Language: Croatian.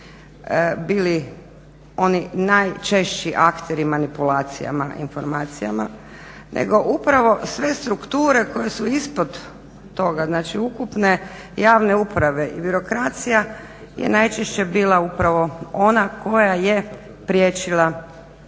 bili oni najčešći akteri manipulacijama informacijama, nego upravo sve strukture koje su ispod toga, znači ukupne javne uprave i birokracija je najčešće bila upravo ona koja je priječila